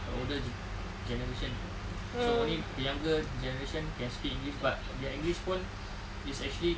the older generation so only younger generation can speak english but their english pun is actually